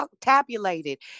tabulated